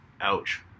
ouch